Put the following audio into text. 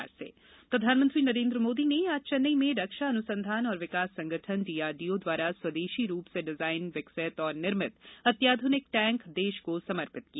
प्रधानमंत्री तमिलनाडु प्रधानमंत्री नरेंद्र मोदी ने आज चेन्नई में रक्षा अनुसंधान और विकास संगठन क्त्क द्वारा स्वदेशी रूप से डिजाइन विकसित और निर्मित अत्याधुनिक टैंक देश को समर्पित किया